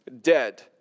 dead